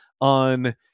on